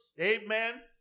Amen